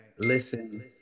listen